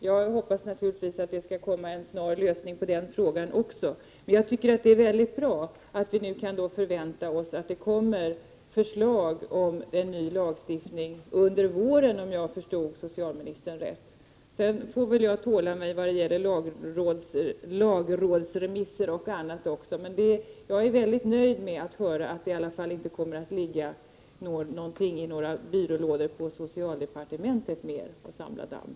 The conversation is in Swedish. Jag hoppas naturligtvis att det skall bli en snar lösning på den frågan också, men jag tycker det är bra att vi nu kan förvänta oss att det kommer förslag till en ny lagstiftning under våren — om jag förstod socialministern rätt. Jag får väl tåla mig vad gäller lagrådsremisser och annat, och jag är nöjd med att höra att det i alla fall inte på socialdepartementet kommer att ligga någonting i några skrivbordslådor och samla damm.